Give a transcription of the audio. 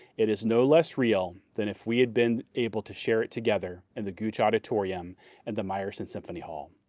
it is no less real than if we had been able to share it together in the gooch auditorium and the meyerson symphony hall.